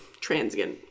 transient